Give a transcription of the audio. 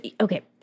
okay